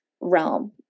realm